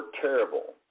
terrible